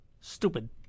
Stupid